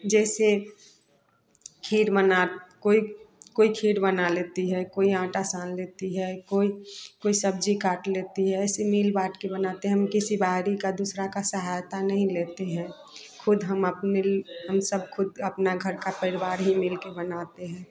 जैसे खीर बनाते कोई कोई खीर बना लेती हैं कोई आटा सान लेती है कोई सब्ज़ी काट लेती है ऐसे मिल बांटकर बनाते हैं हम किसी बाहरी का दूसरे की सहायता नहीं लेते हैं खुद हम अपने हम सब खुद अपने घर का परिवार ही मिलकर बनाते हैं